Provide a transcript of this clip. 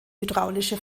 hydraulische